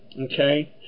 okay